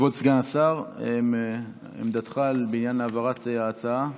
כבוד סגן השר, מה עמדתך בעניין העברת ההצעה?